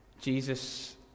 Jesus